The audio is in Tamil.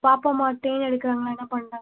பார்ப்போம்மா ட்ரெயின் எடுக்கிறாங்களா என்ன பண்றாங்கனு